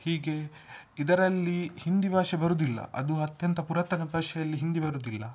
ಹೀಗೆ ಇದರಲ್ಲಿ ಹಿಂದಿ ಭಾಷೆ ಬರುವುದಿಲ್ಲ ಅದು ಅತ್ಯಂತ ಪುರಾತನ ಭಾಷೆಯಲ್ಲಿ ಹಿಂದಿ ಬರುವುದಿಲ್ಲ